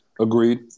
Agreed